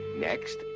Next